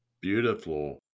beautiful